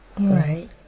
right